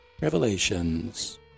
revelations